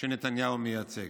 שנתניהו מייצג.